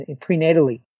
prenatally